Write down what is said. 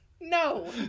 no